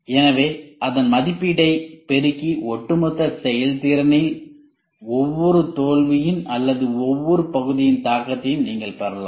எனவே அதன் மதிப்பீட்டை பெருக்கி ஒட்டுமொத்த செயல்திறனில் ஒவ்வொரு தோல்வியின் அல்லது ஒவ்வொரு பகுதியின் தாக்கத்தையும் நீங்கள் பெறலாம்